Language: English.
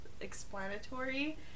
explanatory